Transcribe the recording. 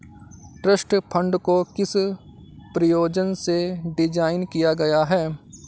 Trust fund को किस प्रयोजन से डिज़ाइन किया गया है?